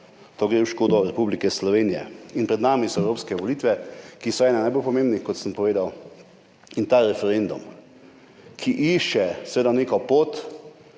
to gre v škodo Republike Slovenije. In pred nami so evropske volitve, ki so ene najbolj pomembnih, kot sem povedal. In ta referendum, ki išče seveda neko pot,